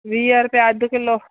वीह रुपया अधु किलो